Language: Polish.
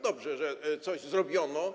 Dobrze, że coś zrobiono.